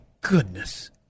goodness